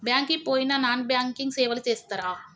Bank కి పోయిన non banking సేవలు చేస్తరా?